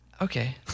Okay